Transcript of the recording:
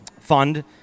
fund